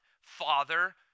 father